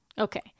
Okay